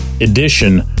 edition